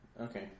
Okay